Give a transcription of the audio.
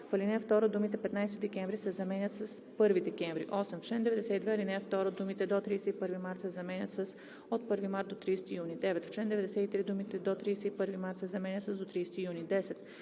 в ал. 2 думите „15 декември“ се заменят с „1 декември“. 8. В чл. 92, ал. 2 думите „до 31 март“ се заменят с „от 1 март до 30 юни“. 9. В чл. 93 думите „до 31 март“ се заменят с „до 30 юни“. 10.